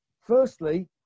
firstly